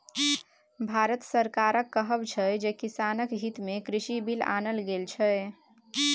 भारत सरकारक कहब छै जे किसानक हितमे कृषि बिल आनल गेल छै